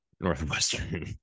Northwestern